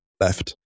left